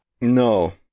No